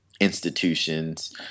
Institutions